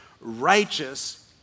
righteous